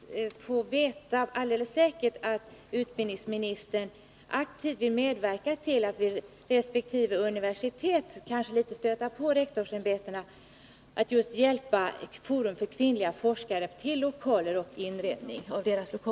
Herr talman! Det skulle vara bra att få veta alldeles säkert att utbildningsministern aktivt vill medverka till att vid resp. universitet — kanske genom att litet stöta på rektorsämbetena — just hjälpa Forum för kvinnliga forskare till lokaler och inredning av dessa.